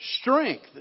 strength